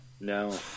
No